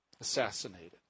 assassinated